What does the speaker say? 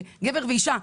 גבר ואישה,